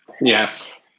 Yes